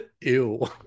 ew